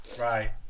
Right